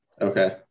Okay